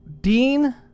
Dean-